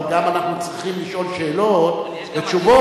אבל גם אנחנו צריכים לשאול שאלות ותשובות,